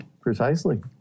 Precisely